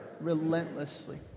relentlessly